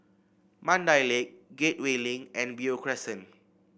Mandai Lake Gateway Link and Beo Crescent